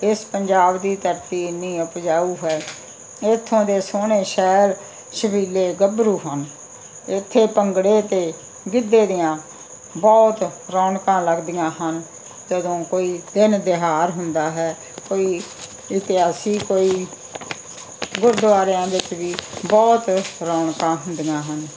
ਇਸ ਪੰਜਾਬ ਦੀ ਧਰਤੀ ਇੰਨੀ ਉਪਜਾਊ ਹੈ ਇਥੋਂ ਦੇ ਸੋਹਣੇ ਛੈਲ ਛਬੀਲੇ ਗੱਭਰੂ ਹਨ ਇੱਥੇ ਭੰਗੜੇ ਅਤੇ ਗਿੱਧੇ ਦੀਆਂ ਬਹੁਤ ਰੌਣਕਾਂ ਲੱਗਦੀਆਂ ਹਨ ਜਦੋਂ ਕੋਈ ਦਿਨ ਤਿਉਹਾਰ ਹੁੰਦਾ ਹੈ ਕੋਈ ਇਤਿਹਾਸਿਕ ਕੋਈ ਗੁਰਦੁਆਰਿਆਂ ਵਿੱਚ ਵੀ ਬਹੁਤ ਰੌਣਕਾਂ ਹੁੰਦੀਆਂ ਹਨ